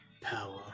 power